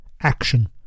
Action